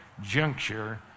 juncture